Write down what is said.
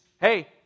hey